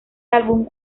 álbum